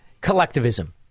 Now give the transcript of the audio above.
collectivism